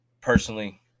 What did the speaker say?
personally